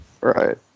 Right